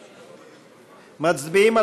מצביעים.